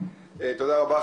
תודה רבה.